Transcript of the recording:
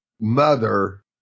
mother